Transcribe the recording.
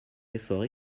effort